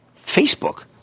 Facebook